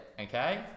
Okay